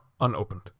unopened